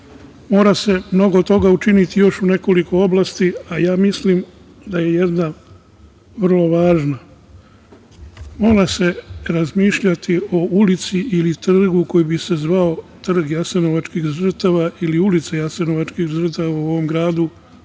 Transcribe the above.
se mnogo toga učiniti u još nekoliko oblasti, a ja mislim da je jedna vrlo važna. Mora se razmišljati o ulici ili trgu koji bi se zvao „ trg Jasenovačkih žrtava“, ili ulica Jasenovačkih žrtava u ovom gradu,